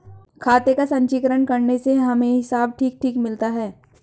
खाते का संचीकरण करने से हमें हिसाब ठीक ठीक मिलता है